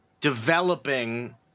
developing